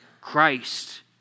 Christ